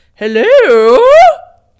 hello